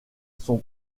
son